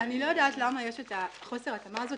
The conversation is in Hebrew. אני לא יודעת למה יש את חוסר התאמה הזה.